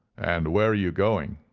and where are you going?